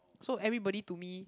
so everybody to me